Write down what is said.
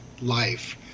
life